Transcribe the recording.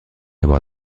avoir